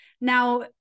Now